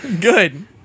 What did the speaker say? Good